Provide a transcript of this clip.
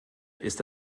ist